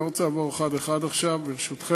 אני לא רוצה לעבור אחד-אחד עכשיו, ברשותכם.